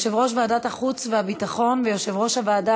יושב-ראש ועדת החוץ והביטחון ויושב-ראש הוועדה